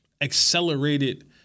accelerated